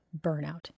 Burnout